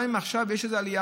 גם אם עכשיו יש איזו עלייה,